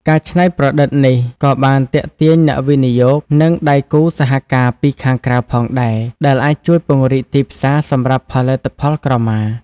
ការច្នៃប្រឌិតនេះក៏បានទាក់ទាញអ្នកវិនិយោគ និងដៃគូសហការពីខាងក្រៅផងដែរ ដែលអាចជួយពង្រីកទីផ្សារសម្រាប់ផលិតផលក្រមា។